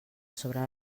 sobre